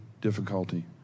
difficulty